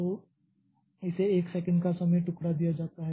तो इसे 1 सेकंड का समय टुकड़ा दिया जाता है